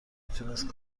میتونست